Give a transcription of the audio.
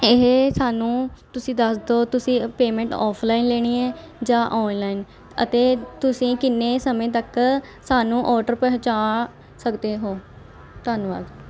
ਇਹ ਸਾਨੂੰ ਤੁਸੀਂ ਦੱਸ ਦਿਉ ਤੁਸੀਂ ਪੇਮੈਂਟ ਔਫਲਾਈਨ ਲੇੈਣੀ ਹੈ ਜਾਂ ਔਨਲਾਈਨ ਅਤੇ ਤੁਸੀਂ ਕਿੰਨੇ ਸਮੇਂ ਤੱਕ ਸਾਨੂੰ ਔਡਰ ਪਹੁੰਚਾ ਸਕਦੇ ਹੋ ਧੰਨਵਾਦ